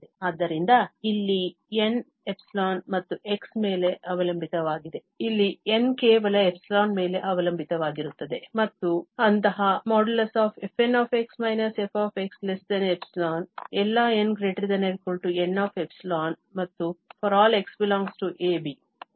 ಆದ್ದರಿಂದ ಇಲ್ಲಿ N ϵ ಮತ್ತು x ಮೇಲೆ ಅವಲಂಬಿತವಾಗಿದೆ ಇಲ್ಲಿ N ಕೇವಲ ϵ ಮೇಲೆ ಅವಲಂಬಿತವಾಗಿರುತ್ತದೆ ಮತ್ತು ಅಂತಹ |fn f| ϵ ಎಲ್ಲಾ n ≥ Nϵ ಮತ್ತು ∀ x ∈ a b